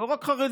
לא רק חרדים,